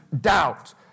doubt